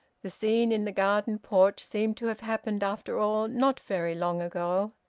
the scene in the garden porch seemed to have happened after all not very long ago.